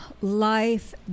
life